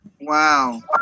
Wow